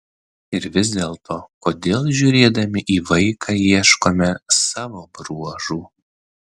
ir vis dėlto kodėl žiūrėdami į vaiką ieškome savo bruožų